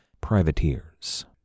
privateers